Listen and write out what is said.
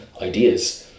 ideas